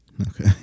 Okay